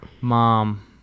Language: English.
mom